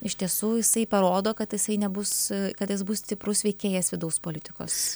iš tiesų jisai parodo kad jisai nebus kad jis bus stiprus veikėjas vidaus politikos